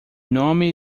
nome